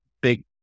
big